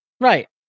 Right